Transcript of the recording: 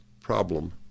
problem